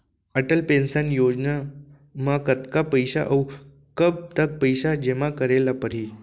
Atal pension योजना म कतका पइसा, अऊ कब तक पइसा जेमा करे ल परही?